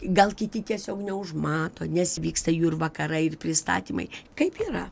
gal kiti tiesiog neužmato nes vyksta jų ir vakarai ir pristatymai kaip yra